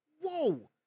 whoa